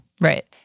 Right